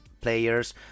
players